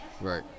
Right